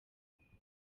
reta